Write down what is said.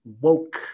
woke